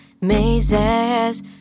mazes